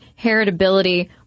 heritability